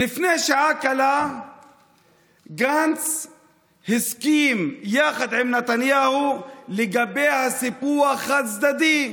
לפני שעה קלה גנץ הסכים יחד עם נתניהו לגבי סיפוח חד-צדדי,